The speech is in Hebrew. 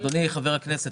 אדוני חבר הכנסת,